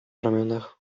ramionach